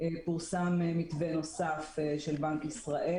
פורסם מתווה נוסף של בנק ישראל,